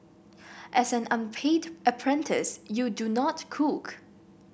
as an unpaid apprentice you do not cook